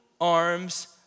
arms